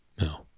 No